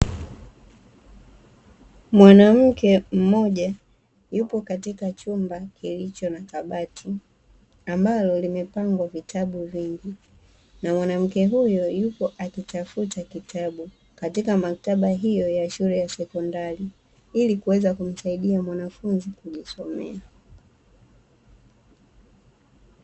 Mwanamke mmoja yupo katika chumba kilicho na kabati ambalo limepangwa vitabu vingi, na mwanamke huyo yupo akitafuta kitabu katika maktaba hiyo ya shule ya sekondari ili kuweza kumsaidia mwanafunzi kujisomea.